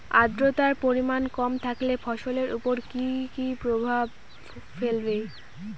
আদ্রর্তার পরিমান কম থাকলে ফসলের উপর কি কি প্রভাব ফেলবে?